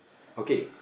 okay